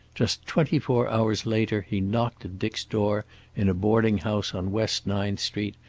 just twenty-four hours later he knocked at dick's door in a boarding-house on west ninth street,